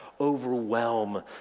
overwhelm